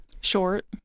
Short